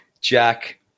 Jack